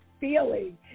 feeling